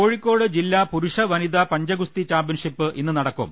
കോഴിക്കോട് ജില്ലാ പുരുഷവനിതാ പഞ്ചഗുസ്തി ചാംപ്യൻഷിപ്പ് ഇന്ന് നടക്കും